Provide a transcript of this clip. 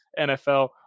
NFL